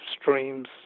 streams